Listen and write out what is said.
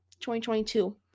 2022